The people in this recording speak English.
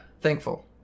thankful